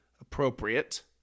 appropriate